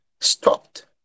stopped